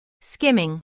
Skimming